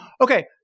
Okay